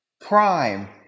prime